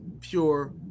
pure